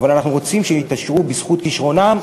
אבל אנחנו רוצים שהם יתעשרו בזכות כישרונם,